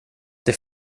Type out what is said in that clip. det